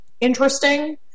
interesting